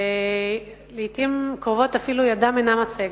שלעתים קרובות ידם אינה משגת,